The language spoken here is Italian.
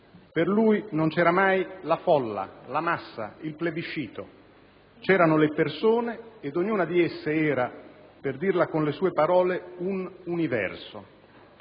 Per lui non c'era mai la folla, la massa, il plebiscito; c'erano le persone ed ognuna di esse era, per dirla con le sue parole, un universo.